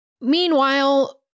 Meanwhile